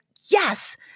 yes